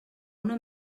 una